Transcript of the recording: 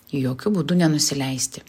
jokiu būdu nenusileisti